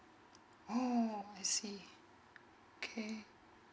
oh I see okay